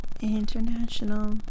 International